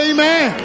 Amen